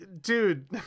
dude